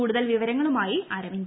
കൂടുതൽ വിവരങ്ങളുമായി അരവിന്ദ്